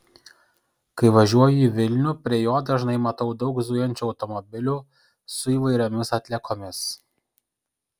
kai važiuoju į vilnių prie jo dažnai matau daug zujančių automobilių su įvairiomis atliekomis